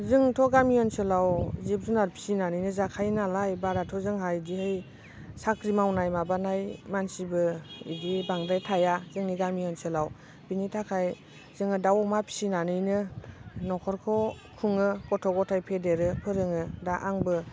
जोंथ' गामि ओनसोलाव जिब जुनार फिसिनानैनो जाखायो नालाय बाराथ' जोंहा बिदियै साख्रि मावनाय माबानाय मानसिबो बिदि बांद्राय थाया जोंनि गामि ओनसोलाव बिनि थाखाय जोङो दाव अमा फिनानैनो न'खरखौ खुङो गथ' गथाय फेदेरो फोरोङो दा आंबो